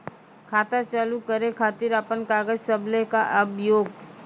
खाता चालू करै खातिर आपन कागज सब लै कऽ आबयोक?